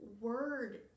word